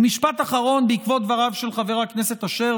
ומשפט אחרון בעקבות דבריו של חבר הכנסת אשר,